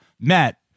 Matt